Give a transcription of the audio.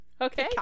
Okay